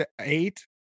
Eight